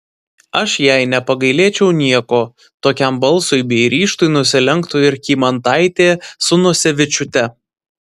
aš jai nepagailėčiau nieko tokiam balsui bei ryžtui nusilenktų ir kymantaitė su nosevičiūte